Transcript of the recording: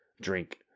drink